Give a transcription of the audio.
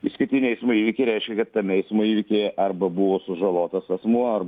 įskaitiniai eismo įvykiai reiškia kad tame eismo įvykyje arba buvo sužalotas asmuo arba